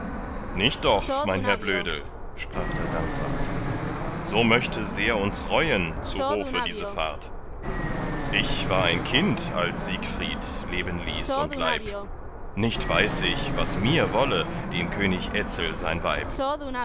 nicht doch mein herr blödel sprach da dankwart so möchte sehr uns reuen zu hofe diese fahrt ich war ein kind als siegfried leben ließ und leib nicht weiß ich was mir wolle dem könig etzel sein weib